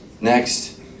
Next